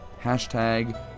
Hashtag